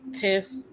test